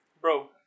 Bro